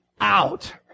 out